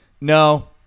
no